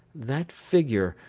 that figure,